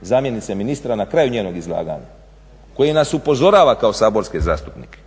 zamjenice ministra na kraju njenog izlaganja koji nas upozorava kao saborske zastupnike